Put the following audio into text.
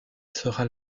sera